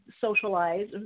socialize